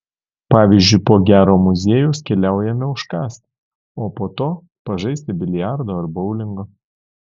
pavyzdžiui po gero muziejaus keliaujame užkąsti o po to pažaisti biliardo ar boulingo